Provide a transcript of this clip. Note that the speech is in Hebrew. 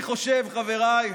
אני חושב, חבריי,